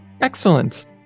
Excellent